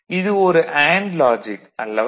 இது ஒரு and logic அல்லவா